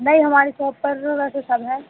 नहीं हमारे सॉप पर वैसे सब है